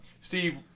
Steve